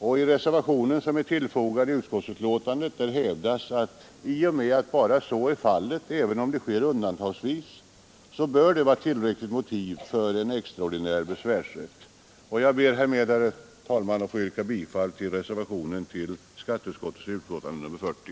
I den reservation som är fogad till utskottets betänkande hävdas att i och med att så är fallet — även om det endast sker undantagsvis — bör detta vara tillräckligt motiv för en extraordinär besvärsrätt. Jag ber med dessa ord, herr talman, att få yrka bifall till reservationen till skatteutskottets betänkande nr 40.